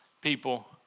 people